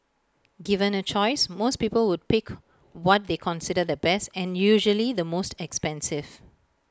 given A choice most people would pick what they consider the best and usually the most expensive